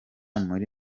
muri